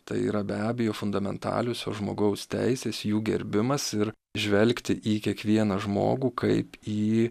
tai yra be abejo fundamentaliosios žmogaus teisės jų gerbimas ir žvelgti į kiekvieną žmogų kaip į